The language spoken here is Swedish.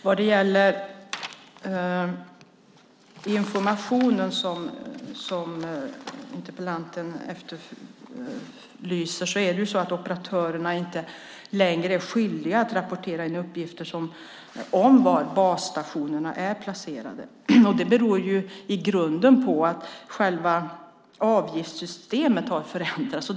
Vad det gäller informationen som interpellanten efterlyser är inte operatörerna längre skyldiga att rapportera in uppgifter om var basstationerna är placerade. Det beror i grunden på att själva avgiftssystemet har förändrats.